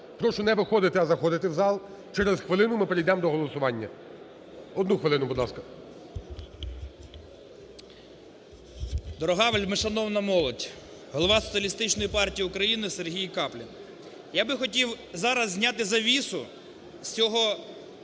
Прошу не виходити, а заходити в зал, через хвилину ми перейдемо до голосування. Одну хвилину, будь ласка. 11:25:19 КАПЛІН С.М. Дорога, вельмишановна молодь! Голова соціалістичної партії України СергійКаплін. Я би хотів зараз зняти завісу з